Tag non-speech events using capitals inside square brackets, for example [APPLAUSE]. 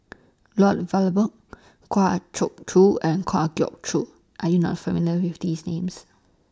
Lloyd Valberg Kwa [UNINTELLIGIBLE] Choo and Kwa Geok Choo Are YOU not familiar with These Names